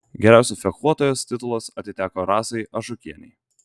geriausios fechtuotojos titulas atiteko rasai ažukienei